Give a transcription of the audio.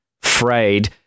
frayed